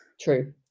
true